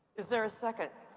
is there a second?